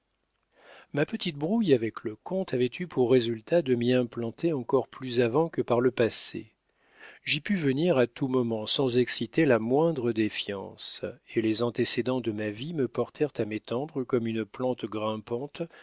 ma petite brouille avec le comte avait eu pour résultat de m'y implanter encore plus avant que par le passé j'y pus venir à tout moment sans exciter la moindre défiance et les antécédents de ma vie me portèrent à m'étendre comme une plante grimpante